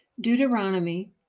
Deuteronomy